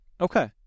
okay